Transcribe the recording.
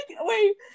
wait